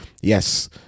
yes